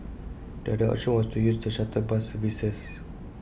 the other option was to use the shuttle bus services